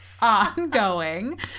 ongoing